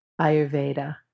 Ayurveda